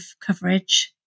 coverage